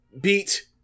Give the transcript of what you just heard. beat